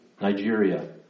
Nigeria